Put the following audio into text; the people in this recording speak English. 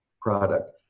product